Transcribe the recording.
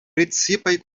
precipaj